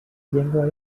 llengua